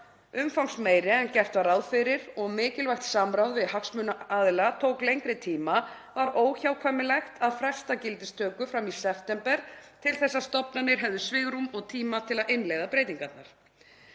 umfangsmeiri en gert var ráð fyrir og mikilvægt samráð við hagsmunaaðila tók lengri tíma var óhjákvæmilegt að fresta gildistöku fram í september 2025 til þess að stofnanir hefðu svigrúm og tíma til að innleiða breytingarnar.